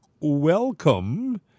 Welcome